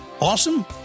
Awesome